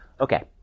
okay